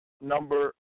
Number